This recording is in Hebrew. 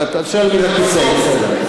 אבל אתה שואל מהכיסא, זה בסדר.